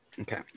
Okay